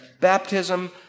baptism